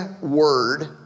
word